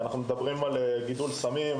אנחנו מדברים על גידול סמים,